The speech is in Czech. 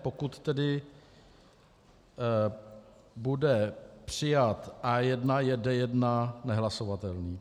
Pokud tedy bude přijat A1, je D1 nehlasovatelný.